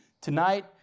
Tonight